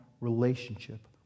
relationship